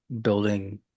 building